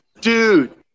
Dude